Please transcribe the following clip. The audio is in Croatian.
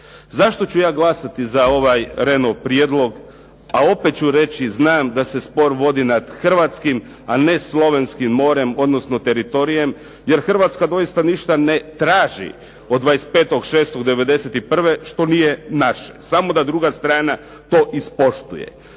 Zašto ću ja glasati za ovaj Rehnov prijedlog, a opet ću reći, znam da se spor vodi nad hrvatskim, a ne slovenskim morem, odnosno teritorijem, jer Hrvatska doista ništa ne traži od 25.6.1991. samo da druga strana to ispoštuje.